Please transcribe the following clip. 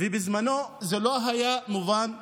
ובזמנו זה לא היה מובן מאליו.